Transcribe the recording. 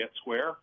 Square